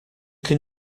can